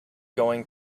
going